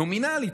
נומינלית,